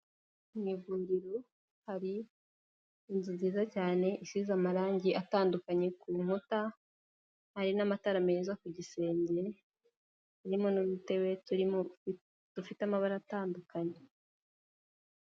Mu ivuriro hari inzu nziza cyane isize amarangi atandukanye, ku nkuta hari n'amatara meza, ku gisenge harimo n'udutebe turimo dufite amabara atandukanye.